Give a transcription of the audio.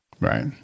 Right